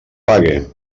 pague